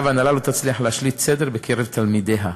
שההנהלה לא תצליח להשליט סדר בקרב תלמידיה.